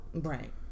Right